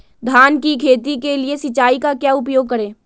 धान की खेती के लिए सिंचाई का क्या उपयोग करें?